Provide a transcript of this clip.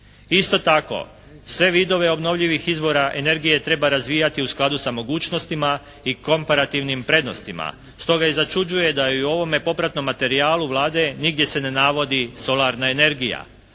Isto tako, sve vidove obnovljivih izvora energije treba razvijati u skladu sa mogućnostima i komparativnim prednostima, stoga i začuđuje da i u ovome popratnom materijalu Vlade nigdje se ne navodi solarna energija,